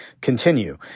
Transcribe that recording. continue